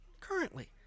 currently